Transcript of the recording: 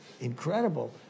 incredible